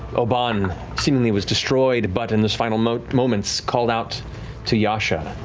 obann seemingly was destroyed but in his final moments, called out to yasha,